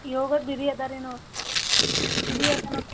yoghurt ಬಿರಿ ಅದಾರೇನು ಬಿರಿ ಆದೇನು